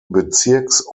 bezirks